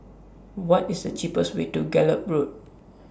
What IS The cheapest Way to Gallop Road